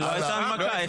כי לא הייתה הנמקה.